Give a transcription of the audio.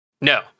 No